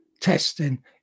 testing